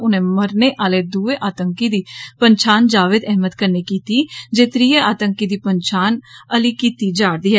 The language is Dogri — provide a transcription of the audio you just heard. उनें मरने आहले दूए आतंकी दी पंछान जावेद अहमद कन्नै कीती जे त्रिये आतंकी दी पंछान आह्ली कीती जा'रदी ऐ